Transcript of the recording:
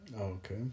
Okay